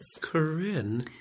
Corinne